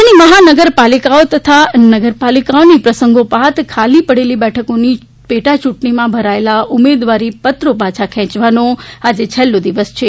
રાજ્યની મહાનગર પાલિકાઓ તથા નગરપાલિકાઓમાં પ્રસંગોપાત ખાલી પડેલી બેઠકોની પેટાચૂંટણીમાં ભરાયેલા ઉમેદવારીપત્રો પાછાં ખેંચવાનો આજે છેલ્લો દિવસ છે